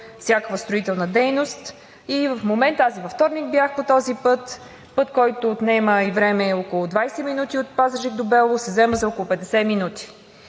всякаква строителна дейност. Във вторник бях по този път, който отнема и време – около 20 минути от Пазарджик до Белово се взема за около 50 минути.